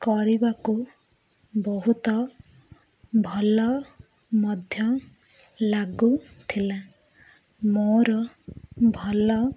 କରିବାକୁ ବହୁତ ଭଲ ମଧ୍ୟ ଲାଗୁଥିଲା ମୋର ଭଲ